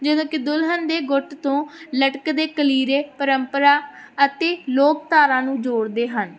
ਜਦੋਂ ਕਿ ਦੁਲਹਨ ਦੇ ਗੁੱਟ ਤੋਂ ਲਟਕਦੇ ਕਲੀਰੇ ਪਰੰਪਰਾ ਅਤੇ ਲੋਕਧਾਰਾ ਨੂੰ ਜੋੜਦੇ ਹਨ